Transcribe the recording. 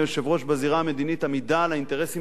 בזירה המדינית עמידה על האינטרסים החיוניים